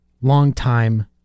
longtime